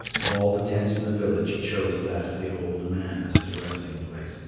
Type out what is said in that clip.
of all the tents in the village he chose that of the old man as his resting place,